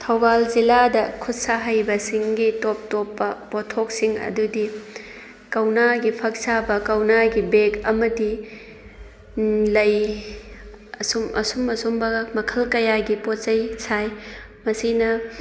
ꯊꯧꯕꯥꯜ ꯖꯤꯂꯥꯗ ꯈꯨꯠ ꯁꯥ ꯍꯩꯕ ꯁꯤꯡꯒꯤ ꯇꯣꯞ ꯇꯣꯞꯄ ꯄꯣꯠꯊꯣꯛꯁꯤꯡ ꯑꯗꯨꯗꯤ ꯀꯧꯅꯥꯒꯤ ꯐꯛ ꯁꯥꯕ ꯀꯧꯅꯥꯒꯤ ꯕꯦꯛ ꯑꯃꯗꯤ ꯂꯩ ꯑꯁꯨꯝ ꯑꯁꯨꯝꯕ ꯃꯈꯜ ꯀꯌꯥꯒꯤ ꯄꯣꯠ ꯆꯩ ꯁꯥꯏ ꯃꯁꯤꯅ